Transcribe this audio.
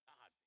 God